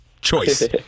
choice